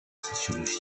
sociologie